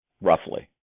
roughly